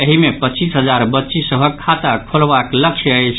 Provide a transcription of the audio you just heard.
एहि मे पच्चीस हजार बच्चि सभक खाता खोलबाक लक्ष्य अछि